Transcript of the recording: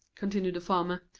continued the farmer.